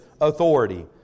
authority